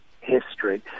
history